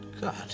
God